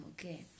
okay